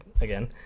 again